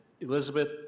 Elizabeth